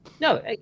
No